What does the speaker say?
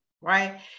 right